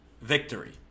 victory